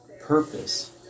purpose